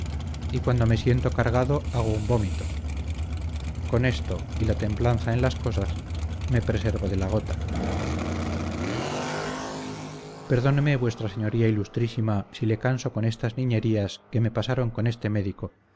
y cuando me siento cargado hago un vómito con esto y la templanza en otras cosas me preservo de la gota perdóneme v s i si le canso con estas niñerías que me pasaron con este médico